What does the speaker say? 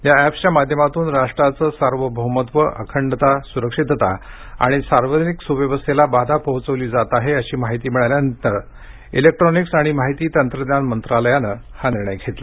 या एप्सच्या माध्यमातून राष्ट्राचं सार्वभौमत्व अखंडता सुरक्षा आणि सार्वजनिक सुव्यवस्थेला बाधा पोहोचवली जात आहे अशी माहिती मिळाल्यानंतर ईलेक्ट्रॉनिक्स आणि माहिती तंत्रज्ञान मंत्रालयानं हा निर्णय घेतला